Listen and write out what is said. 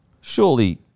surely